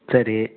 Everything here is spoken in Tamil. சரி